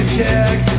kick